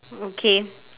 okay